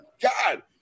God